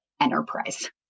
enterprise